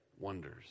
wonders